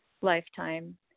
lifetime